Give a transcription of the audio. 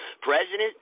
President